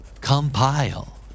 Compile